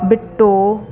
Bitto